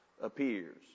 appears